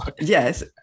yes